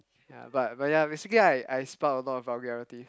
ya but but then basically I spout a lot of vulgarity